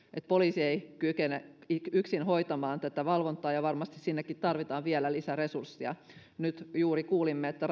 poliisi ei kykene yksin hoitamaan tätä valvontaa ja varmasti sinnekin tarvitaan vielä lisäresurssia nyt juuri kuulimme että